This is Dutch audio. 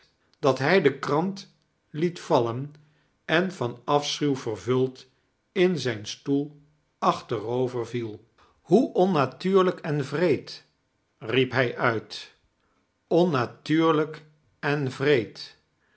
dat hij de krant liet vallen en van afschuw vervuld in zijn stoel aohterover viel hoe onnatuurlijk en wreed riep hij uit onnatuurlijk en wreed